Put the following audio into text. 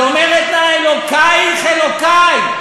היא אומרת לה: אלוקייך אלוקי.